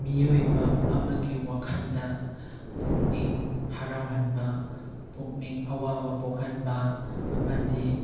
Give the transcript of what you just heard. ꯃꯤꯑꯣꯏꯕ ꯑꯃꯒꯤ ꯋꯥꯈꯜꯗ ꯄꯨꯛꯅꯤꯡ ꯍꯔꯥꯎꯍꯟꯕ ꯄꯨꯛꯅꯤꯡ ꯑꯋꯥꯕ ꯄꯣꯛꯍꯟꯕ ꯑꯃꯗꯤ